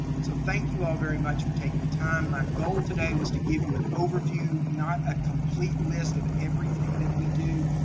so thank you all very much for taking the time. my goal today was to give you an overview, not a complete list of everything that we do.